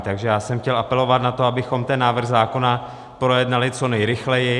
Takže jsem chtěl apelovat na to, abychom ten návrh zákona projednali co nejrychleji.